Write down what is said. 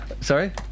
Sorry